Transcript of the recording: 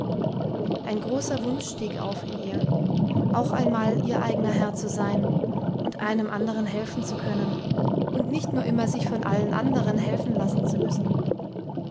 ein großer wunsch stieg auf in ihr auch einmal ihr eigener herr zu sein und einem andern helfen zu können und nicht nur immer sich von allen anderen helfen lassen zu müssen